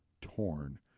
torn